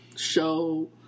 Show